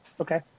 Okay